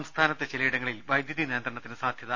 സംസ്ഥാനത്ത് ചിലയിടങ്ങളിൽ വൈദ്യുതി നിയന്ത്രണത്തിന് സാധ്യ ത